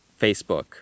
Facebook